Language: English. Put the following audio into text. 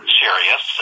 serious